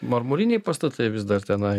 marmuriniai pastatai vis dar tenai